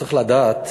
צריך לדעת